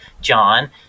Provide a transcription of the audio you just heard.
john